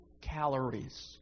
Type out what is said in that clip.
calories